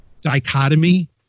dichotomy